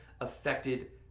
affected